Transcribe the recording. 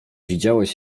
widziałeś